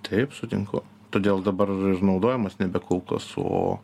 taip sutinku todėl dabar naudojamos nebe kulkos o